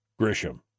Grisham